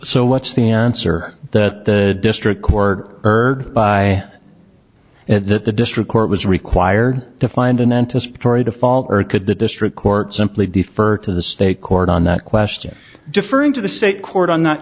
so what's the answer that the district court heard by that the district court was required to find an anticipatory default or could the district court simply defer to the state court on that question deferring to the state court on that